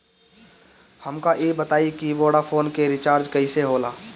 हमका ई बताई कि वोडाफोन के रिचार्ज कईसे होला?